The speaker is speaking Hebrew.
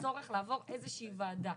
צורך לעבור איזושהי ועדה